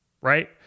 right